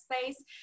space